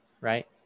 right